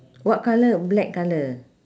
what colour black colour